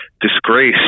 disgrace